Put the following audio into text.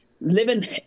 living